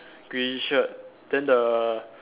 green shirt then the